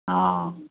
हँ